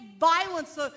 violence